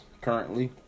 currently